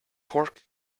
pork